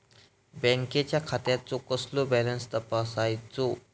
बँकेच्या खात्याचो कसो बॅलन्स तपासायचो?